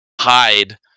hide